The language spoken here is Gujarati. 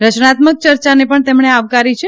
રચનાત્મક ચર્ચાને પણ તેમણે આવકારી છે